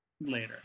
Later